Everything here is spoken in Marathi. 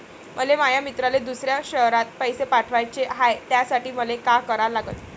मले माया मित्राले दुसऱ्या शयरात पैसे पाठवाचे हाय, त्यासाठी मले का करा लागन?